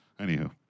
Anywho